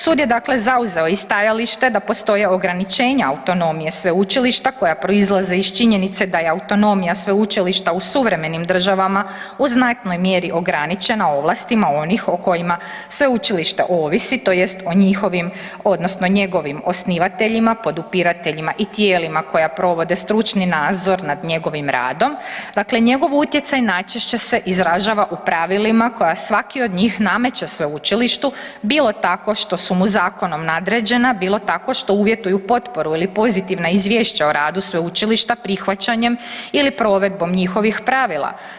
Sud je zauzeo i stajalište da postoji ograničenja autonomije sveučilišta koja proizlaze iz činjenice da je autonomija sveučilišta u suvremenim državama u znatnoj mjeri ograničena ovlastima onih o kojima sveučilište ovisi tj. o njihovim odnosno njegovim osnivateljima, podupirateljima i tijelima koja provode stručni nadzor nad njegovim radom, dakle njegov utjecaj najčešće se izražava u pravilima koja svaki od njih nameće sveučilištu bilo tako što su mu zakonom nadređena, bilo tako što uvjetuju potporu ili pozitivna izvješća o radu sveučilišta prihvaćanjem ili provedbom njihovih pravila.